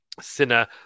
Sinner